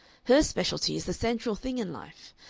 her specialty is the central thing in life,